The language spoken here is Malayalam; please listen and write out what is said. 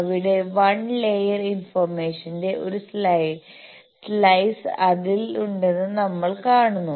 അവിടെ വൺ ലേയർ ഇൻഫർമേഷന്റെ ഒരു സ്ലൈസ് അതിൽ ഉണ്ടെന്ന് നമ്മൾ കാണുന്നു